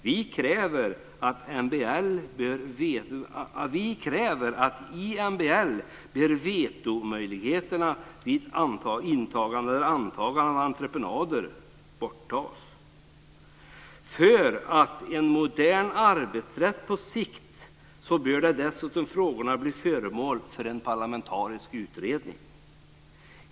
Vi kräver att man i MBL tar bort vetomöjligheterna vid intagande av entreprenader. För att man ska få en modern arbetsrätt på sikt bör frågorna dessutom bli föremål för en parlamentarisk utredning.